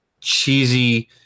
cheesy